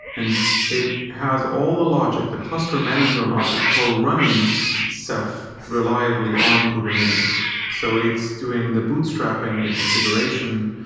and it has all the logic, the cluster management logic for running ceph reliably on kubernetes. so it's doing the bootstrapping, the configuration,